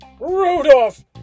Rudolph